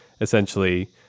essentially